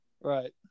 right